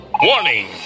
Warning